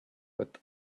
but